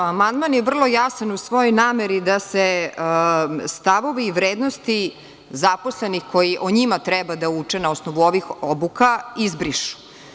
Amandman je vrlo jasan u svojoj nameri da se stavovi i vrednosti zaposlenih koji o njima treba da uče na osnovu ovih obuka izbrišu.